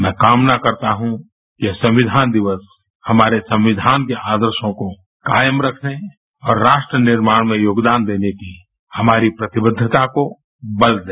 मै कामना करता हूं कि संविधान दिवस हमारे संविधान के आदर्शो को कायम रखे और राष्ट्र निर्माण में योगदान देने की हमारी प्रतिबद्धता को बल दे